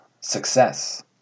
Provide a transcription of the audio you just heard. success